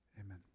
Amen